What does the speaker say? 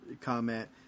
comment